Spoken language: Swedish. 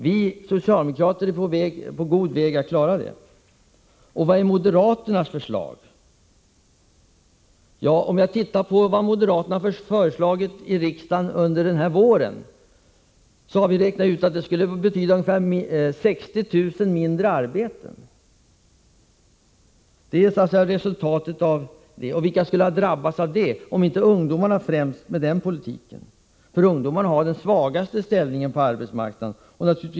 Vi socialdemokrater är på god väg att klara av att ge ungdomarna arbete. Vilka är moderaternas förslag? Moderaternas förslag i riksdagen den gångna våren skulle betyda ungefär 60 000 färre arbetstillfällen. Sådant skulle resultatet bli. Och vilka skulle ha drabbats av detta om inte främst ungdomarna, med tanke på moderaternas politik? Ungdomarna har ju den svagaste ställningen på arbetsmarknaden.